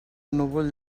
núvol